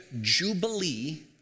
jubilee